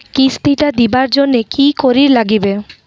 কিস্তি টা দিবার জন্যে কি করির লাগিবে?